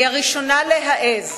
היא הראשונה להעז,